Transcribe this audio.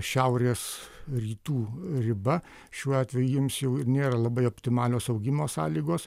šiaurės rytų riba šiuo atveju jiems jau ir nėra labai optimalios augimo sąlygos